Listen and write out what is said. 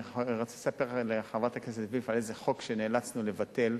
אני רציתי לספר לחברת הכנסת וילף על איזה חוק שנאלצנו לבטל,